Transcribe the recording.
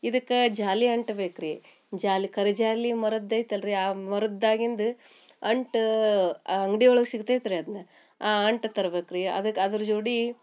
ಇದಕ್ಕೆ ಜಾಲಿ ಅಂಟು ಬೇಕು ರೀ ಜಾಲಿ ಕರಿ ಜಾಲಿ ಮರದ್ದೈತಲ್ಲ ರೀ ಆ ಮರದಾಗಿಂದು ಅಂಟು ಆ ಅಂಗ್ಡಿಯೊಳಗ್ ಸಿಗ್ತೈತೆ ರೀ ಅದನ್ನ ಆ ಅಂಟು ತರ್ಬೇಕ್ ರೀ ಅದಕ್ಕೆ ಅದ್ರ ಜೋಡಿ